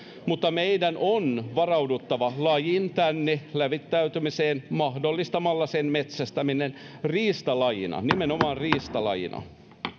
mutta meidän on varauduttava lajin tänne levittäytymiseen mahdollistamalla sen metsästäminen riistalajina nimenomaan riistalajina